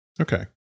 Okay